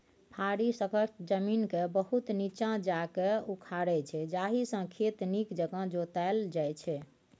फारी सक्खत जमीनकेँ बहुत नीच्चाँ जाकए उखारै छै जाहिसँ खेत नीक जकाँ जोताएल जाइ छै